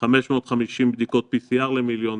550 בדיקות PCR למיליון,